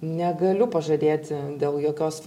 negaliu pažadėti dėl jokios